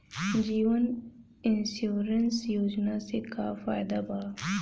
जीवन insurance योजना से का फायदा बा?